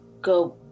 go